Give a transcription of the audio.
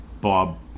Bob